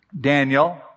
Daniel